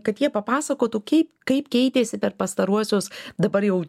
kad jie papasakotų kaip kaip keitėsi per pastaruosius dabar jau